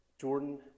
Jordan